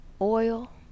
oil